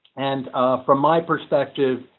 and from my perspective,